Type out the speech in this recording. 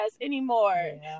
anymore